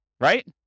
right